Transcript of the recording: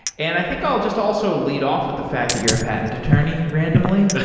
and i think i'll just also lead off with the fact that you're a patent attorney randomly?